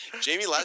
Jamie